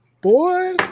boy